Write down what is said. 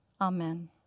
Amen